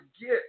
get